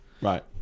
Right